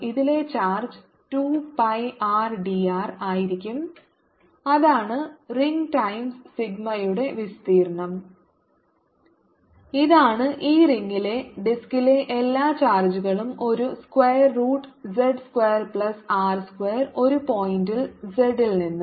ഇതിലെ charge 2 pi rdr ആയിരിക്കും അതാണ് റിംഗ് ടൈംസ് സിഗ്മയുടെ വിസ്തീർണ്ണം ഇതാണ് ഈ റിംഗിലെ ഡിസ്കിലെ എല്ലാ ചാർജുകളും ഒരു square root z square plus r square ഒരു പോയിന്റിൽ z ൽ നിന്ന്